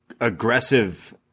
aggressive